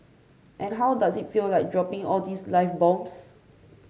and how does it feel like dropping all these live bombs